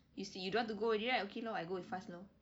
you see you don't want to go already right okay lor I go with faz lor